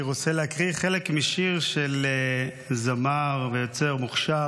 אני רוצה להקריא חלק משיר של זמר ויוצר מוכשר,